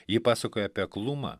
ji pasakoja apie aklumą